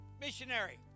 missionary